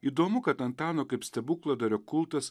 įdomu kad antano kaip stebukladario kultas